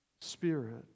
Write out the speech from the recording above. spirit